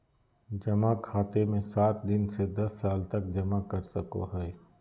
जमा खाते मे सात दिन से दस साल तक जमा कर सको हइ